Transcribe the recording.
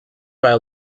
buy